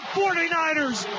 49ers